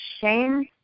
shame